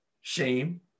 shame